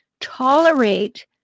tolerate